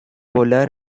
volar